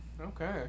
Okay